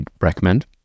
recommend